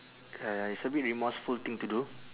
uh it's a bit remorseful thing to do